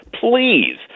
Please